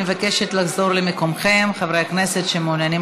אני מבקשת לחזור למקומכם, חברי הכנסת שמעוניינים